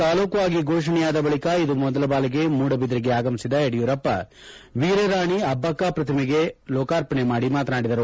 ತಾಲೂಕು ಆಗಿ ಘೋಷಣೆಯಾದ ಬಳಿಕ ಇಂದು ಮೊದಲ ಬಾರಿಗೆ ಮೂಡಬಿದಿರಿಗೆ ಆಗಮಿಸಿದ ಯಡಿಯೂರಪ್ಪ ವೀರರಾಣಿ ಅಬ್ಬಕ್ಕ ಪ್ರತಿಮೆ ಲೋಕಾರ್ಪಣೆ ಮಾದಿ ಮಾತನಾಡಿದರು